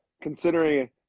considering